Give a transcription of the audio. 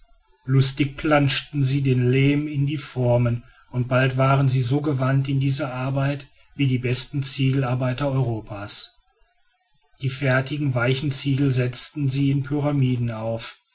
lustig platschten sie den lehm in die formen und bald waren sie so gewandt in dieser arbeit wie die besten ziegelarbeiter europa's die fertigen weichen ziegel setzten sie in pyramiden auf